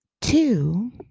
Two